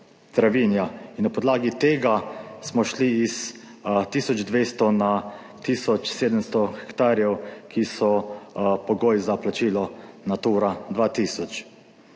In na podlagi tega smo šli iz tisoč 200 na tisoč 700 hektarjev, ki so pogoj za plačilo Natura 2000.